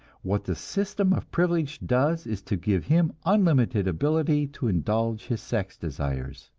what the system of privilege does is to give him unlimited ability to indulge his sex desires.